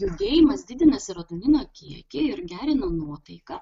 judėjimas didina serotonino kiekį ir gerina nuotaiką